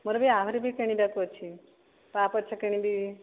ମୋର ବି ଆହୁରି ବି କିଣିବାକୁ ଅଛି ପା'ପୋଛ କିଣିବି